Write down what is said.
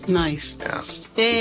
nice